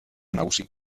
nagusi